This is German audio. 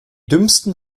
dümmsten